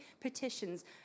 petitions